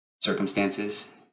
circumstances